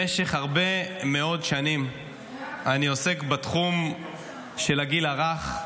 במשך הרבה מאוד שנים אני עוסק בתחום של הגיל הרך,